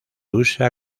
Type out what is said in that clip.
usa